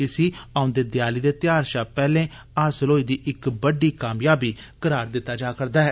इसी औंदे देआली दे ध्यार शा पैहले हासल होई दी इक बड्डी कामयाबी करार दित्ता जा'रदा ऐ